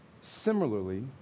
similarly